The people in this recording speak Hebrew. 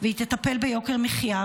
והיא "תטפל ביוקר המחיה,